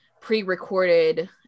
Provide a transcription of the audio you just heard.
pre-recorded